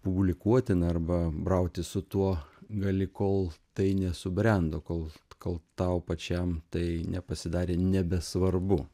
publikuotina arba brautis su tuo gali kol tai nesubrendo kol kol tau pačiam tai nepasidarė nebesvarbu